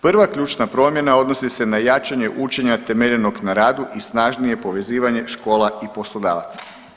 Prva ključna promjena odnosi se na jačanje učenja temeljenog na radu i snažnijeg povezivanja škola i poslodavaca.